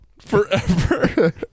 Forever